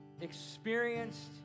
experienced